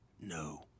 No